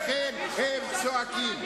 לכן הם צועקים.